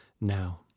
now